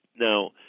Now